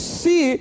see